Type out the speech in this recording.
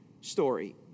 story